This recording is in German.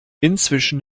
inzwischen